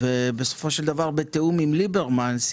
אין פה כסף לבתי החולים, זה רק עודפים.